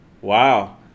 Wow